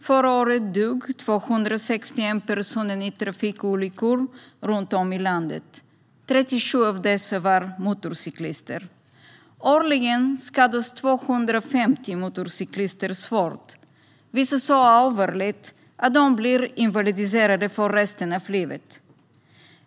Förra året dog 261 personer i trafikolyckor runt om i landet. 37 av dessa var motorcyklister. Årligen skadas 250 motorcyklister svårt. Vissa skadas så allvarligt att de blir invalidiserade för resten av livet.